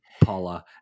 Paula